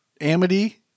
Amity